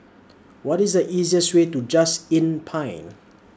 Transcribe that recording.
What IS The easiest Way to Just Inn Pine